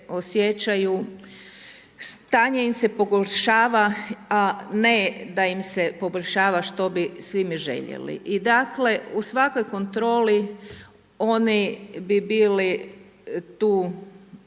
osjećaju stanje im se pogoršava, a ne da im se poboljšava što bi svi mi željeli. I dakle, u svakoj kontroli, oni bi bili tu